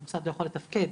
המוסד לא יכול לתפקד